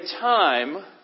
time